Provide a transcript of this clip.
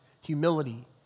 humility